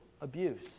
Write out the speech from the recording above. abuse